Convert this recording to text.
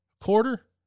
quarter